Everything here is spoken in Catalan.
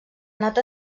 anat